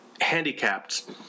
handicapped